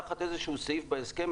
תחת איזשהו סעיף בהסכם,